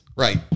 Right